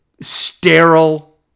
sterile